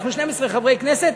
אנחנו 12 חברי כנסת,